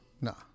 No